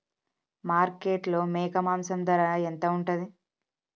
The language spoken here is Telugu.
మార్కెట్లో మేక మాంసం ధర ఎంత ఉంటది?